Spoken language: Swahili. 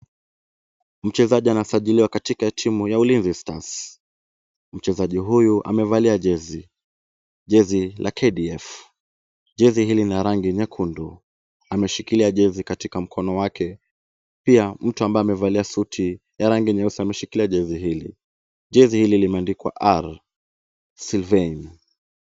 Mchezaji anasajiliwa katika timu ya Ulinzi Stars. Mchezaji huyu amevalia jezi. Jezi la KDF. Jezi hili ni la rangi nyekundu. Ameshikilia jezi katika mkono wake, pia mtu ambaye amevalia suti ya rangi nyeusi ameshikilia jezi hili. Jezi hili limeandikwa R.Sylvaine.